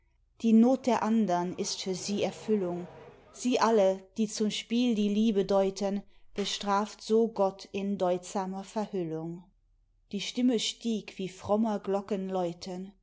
die not der andern ist für sie erfüllung sie alle die zum spiel die liebe deuten bestraft so gott in deutsamer verhüllung die stimme stieg wie